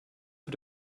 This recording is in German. für